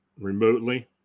remotely